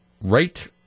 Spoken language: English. right